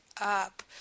up